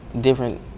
different